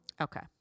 Okay